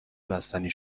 بستنی